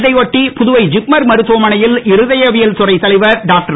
இதை ஒட்டி புதுவை ஜிப்மர் மருத்துவமனையில் இருதயவியல் துறை தலைவர் டாக்டர்